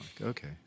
Okay